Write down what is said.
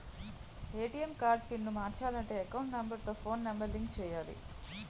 ATM card pin మార్చాలంటే account number తో phone number link చేయాలి